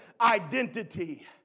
identity